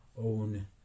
own